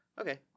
Okay